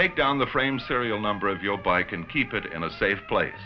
take down the frame serial number of your bike and keep it in a safe place